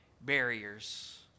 barriers